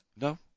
No